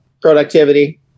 productivity